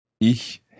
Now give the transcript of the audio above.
Ich